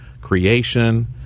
creation